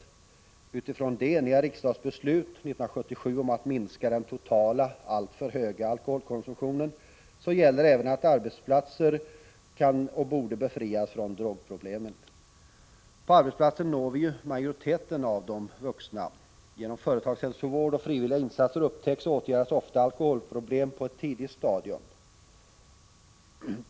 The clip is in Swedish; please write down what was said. Med utgångspunkt i det eniga riksdagsbeslutet 1977 om att minska den totala alltför höga alkoholkonsumtionen bör även arbetsplatserna kunna befrias från drogproblemen. På arbetsplatserna når vi majoriteten av de vuxna. Genom företagshälsovård och frivilliga insatser upptäcks och åtgärdas ofta alkoholproblem på ett tidigt stadium.